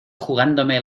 jugándome